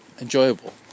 Enjoyable